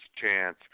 chance